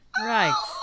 Right